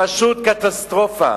פשוט קטסטרופה.